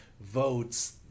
votes